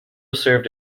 served